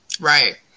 Right